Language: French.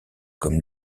comme